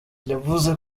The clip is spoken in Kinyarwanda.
yavuze